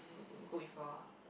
go before